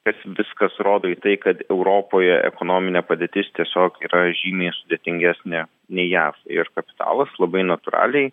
kas viskas rodo į tai kad europoje ekonominė padėtis tiesiog yra žymiai sudėtingesnė nei jav ir kapitalas labai natūraliai